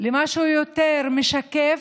למשהו יותר משקף,